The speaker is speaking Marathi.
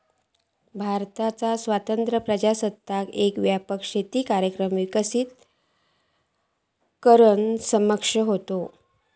भारताचो स्वतंत्र प्रजासत्ताक एक व्यापक शेती कार्यक्रम विकसित करुक सक्षम होतो